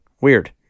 weird